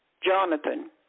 Jonathan